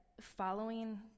following